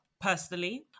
personally